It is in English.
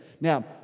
Now